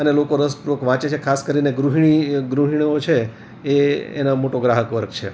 અને લોકો રસપૂર્વક વાંચે છે ખાસ કરીને ગૃહિણીઓ છે એ એનો મોટો ગ્રાહક વર્ગ છે